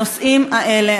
הנושאים האלה,